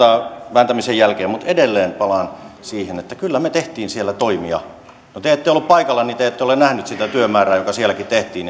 vääntämisen jälkeen mutta edelleen palaan siihen että kyllä me teimme siellä toimia no kun te te ette ollut paikalla niin te ette ole nähnyt sitä työmäärää joka sielläkin tehtiin